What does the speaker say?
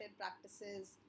practices